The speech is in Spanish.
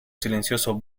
silencioso